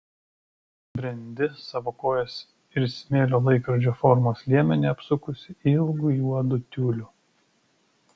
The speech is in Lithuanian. brendi savo kojas ir smėlio laikrodžio formos liemenį apsukusi ilgu juodu tiuliu